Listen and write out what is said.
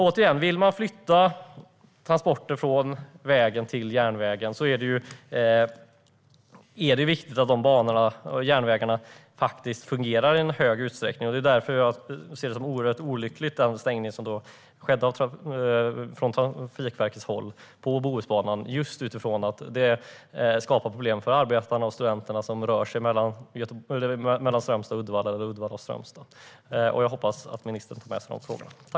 Återigen: Om man vill flytta transporter från vägen till järnvägen är det viktigt att järnvägarna fungerar i större utsträckning. Jag ser därför Trafikverkets stängning av Bohusbanan som oerhört olycklig just utifrån att det skapar problem för de arbetare och studenter som rör sig mellan Strömstad och Uddevalla eller Uddevalla och Strömstad. Jag hoppas att ministern tar med sig dessa frågor.